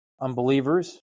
Unbelievers